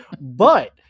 But-